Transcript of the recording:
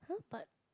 !huh! but